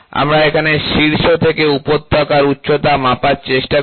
আমরা এখানে শীর্ষ থেকে উপত্যকার উচ্চতা মাপার চেষ্টা করি